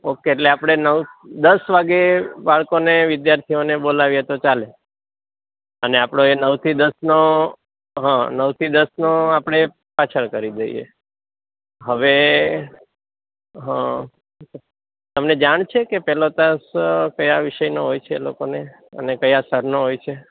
okay એટલે આપણે નવ દશ વાગ્યે બાળકોને વિદ્યાર્થીઓને બોલાવીએ ચાલે અને એ આપણો એ નવથી દશનો હં નવથી દશનો આપણે પાછળ કરી દઈએ હવે હં તમને જાણ છે કે પેલો ટાસ્ક કયા વિષયનો હોય છે લોકોને અને કયા સરનો હોય છે